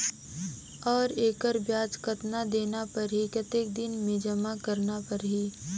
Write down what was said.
और एकर ब्याज कतना देना परही कतेक दिन मे जमा करना परही??